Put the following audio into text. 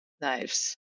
knives